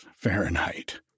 Fahrenheit